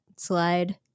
slide